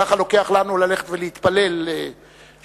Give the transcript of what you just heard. ככה לוקח לנו ללכת ולהתפלל שחרית,